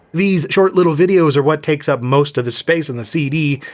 these short little videos are what takes up most of the space on the cd,